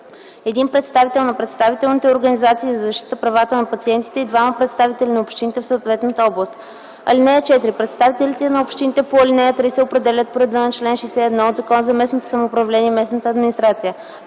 един представител на представителните организации за защита правата на пациентите и двама представители на общините в съответната област. (4) Представителите на общините по ал. 3 се определят по реда на чл. 61 от Закона за местното самоуправление и местната администрация.